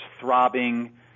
throbbing